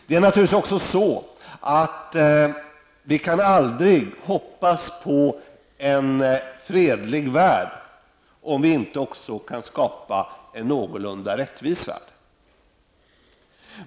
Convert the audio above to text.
Det är naturligtvis också så att vi aldrig kan hoppas på en fredlig värld om vi inte kan skapa en någorlunda rättvis värld.